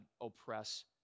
oppress